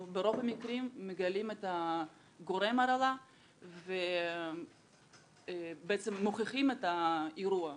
אנחנו ברוב המקרים מגלים את גורם ההרעלה ובעצם מוכיחים את ההרעלה.